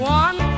one